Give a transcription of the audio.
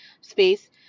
space